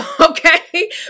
okay